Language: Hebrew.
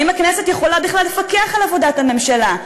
האם הכנסת יכולה בכלל לפקח על עבודת הממשלה?